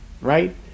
right